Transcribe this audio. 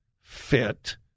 fit